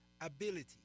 ability